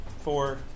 four